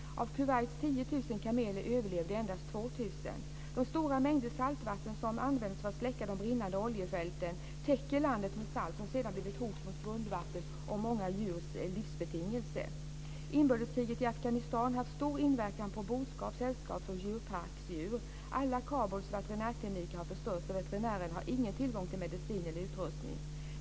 Av Kuwaits 10 000 kameler överlevde endast 2 000. De stora mängder saltvatten som använts för att släcka de brinnande oljefälten täcker landet med salt som sedan blir ett hot mot grundvattnet och mot många djurs livsbetingelser. Inbördeskriget i Afghanistan har haft stor inverkan på boskap samt sällskaps och djurparksdjur. Alla Kabuls veterinärkliniker har förstörts, och veterinärer har ingen tillgång till medicin eller utrustning.